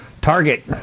Target